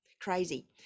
crazy